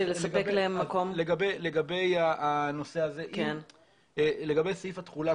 קודם כל לגבי סעיף התחולה.